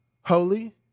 holy